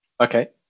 Okay